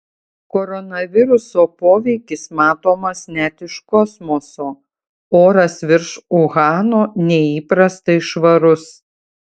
koronaviruso poveikis matomas net iš kosmoso oras virš uhano neįprastai švarus